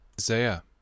Isaiah